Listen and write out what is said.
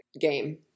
game